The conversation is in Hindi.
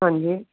हाँ जी